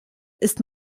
ist